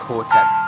Cortex